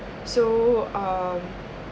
so um